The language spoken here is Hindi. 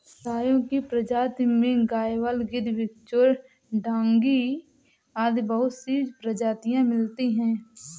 गायों की प्रजाति में गयवाल, गिर, बिच्चौर, डांगी आदि बहुत सी प्रजातियां मिलती है